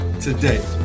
today